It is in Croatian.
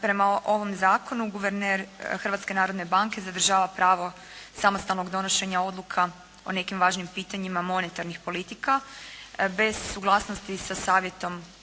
prema ovom zakonu guverner Hrvatske narodne banke zadržava pravo samostalnog donošenja odluka o nekim važnim pitanjima monetarnih politika, bez suglasnosti sa savjetom